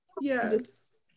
Yes